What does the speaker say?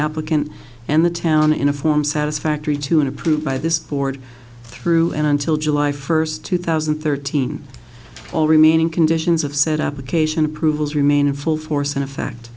applicant and the town in a form satisfactory to and approved by this board through and until july first two thousand and thirteen all remaining conditions of said application approvals remain in full force in effect